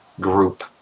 group